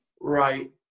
Right